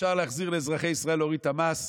אפשר להחזיר לאזרחי ישראל, להוריד את המס,